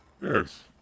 Yes